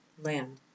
land